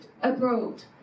abroad